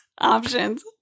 options